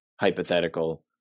hypothetical